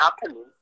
happening